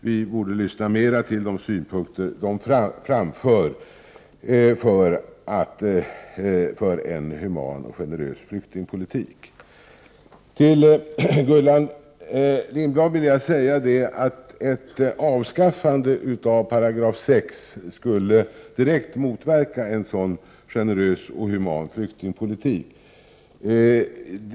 Vi borde lyssna mer till de synpunkter de framför för en human och generös flyktingpolitik. Till Gullan Lindblad vill jag säga att ett avskaffande av 6 § skulle direkt motverka en sådan generell och human flyktingpolitik.